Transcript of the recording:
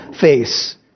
face